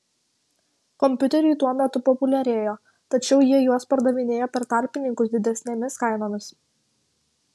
kompiuteriai tuo metu populiarėjo tačiau jie juos pardavinėjo per tarpininkus didesnėmis kainomis